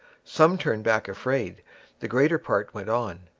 some turned back afraid the greater part went on.